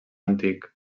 antic